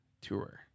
tour